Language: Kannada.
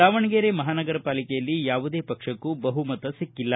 ದಾವಣಗೆರೆ ಮಹಾನಗರಪಾಲಿಕೆಯಲ್ಲಿ ಯಾವುದೇ ಪಕ್ಷಕ್ಕೂ ಬಹುಮತ ಸಿಕ್ಕಿಲ್ಲ